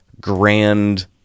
grand